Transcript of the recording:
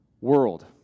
world